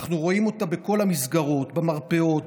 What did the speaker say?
אנחנו רואים אותה בכל המסגרות: במרפאות,